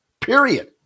period